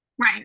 right